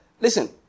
listen